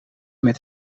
met